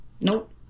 Nope